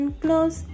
close